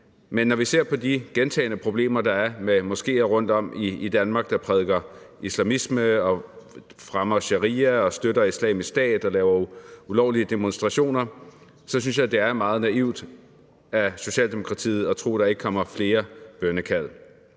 men når vi ser på de gentagne problemer, der er med moskéer rundtom i Danmark, der prædiker islamisme, fremmer sharia, støtter Islamisk Stat og laver ulovlige demonstrationer, så synes jeg, det er meget naivt af Socialdemokratiet at tro, at der ikke kommer flere bønnekald.